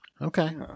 Okay